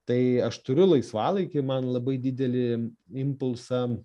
tai aš turiu laisvalaikį man labai didelį impulsą